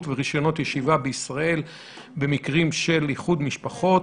ורישיונות ישיבה בישראל במקרים של איחוד משפחות